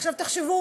עכשיו תחשבו